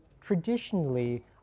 traditionally